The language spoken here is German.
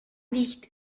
nicht